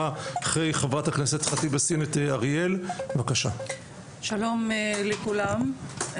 שלום לכולם,